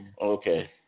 Okay